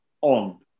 on